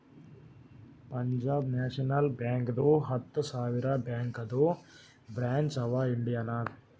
Punjab National ಬ್ಯಾಂಕ್ದು ಹತ್ತ ಸಾವಿರ ಬ್ಯಾಂಕದು ಬ್ರ್ಯಾಂಚ್ ಅವಾ ಇಂಡಿಯಾ ನಾಗ್